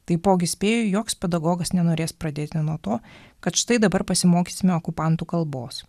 taipogi spėju joks pedagogas nenorės pradėti nuo to kad štai dabar pasimokysime okupantų kalbos